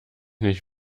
nicht